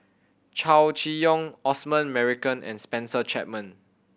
Chow Chee Yong Osman Merican and Spencer Chapman